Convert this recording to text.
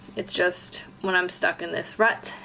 it's just when i'm stuck in this rut,